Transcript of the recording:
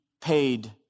paid